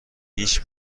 هیچ